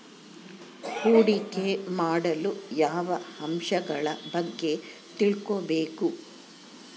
ಹೂಡಿಕೆ ಮಾಡಲು ಯಾವ ಅಂಶಗಳ ಬಗ್ಗೆ ತಿಳ್ಕೊಬೇಕು?